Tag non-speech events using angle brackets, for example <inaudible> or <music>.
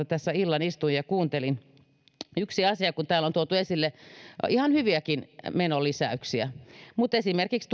<unintelligible> tässä illan istuin ja kuuntelin puheenvuoroja ja täällä on tuotu esille ihan hyviäkin menolisäyksiä mutta esimerkiksi <unintelligible>